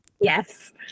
Yes